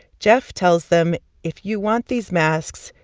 jeff tells them, if you want these masks,